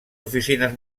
oficines